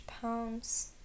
pounds